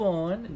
on